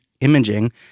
imaging